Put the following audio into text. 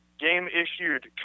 Game-issued